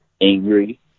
angry